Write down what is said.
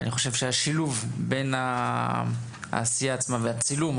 ואני חושב שהשילוב בין העשייה עצמה והצילום.